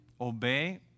Obey